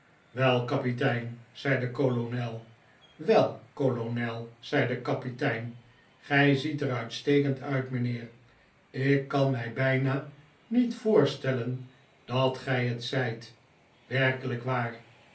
kapitein zei de kolonel wel kolonel zei de kapitein ft gij ziet er uitstekend uit mijnheer ik kan mij bijna niet voorstellen dat gij het zijt werkelijk waar